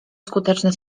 skuteczny